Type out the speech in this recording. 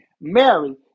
Mary